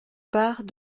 part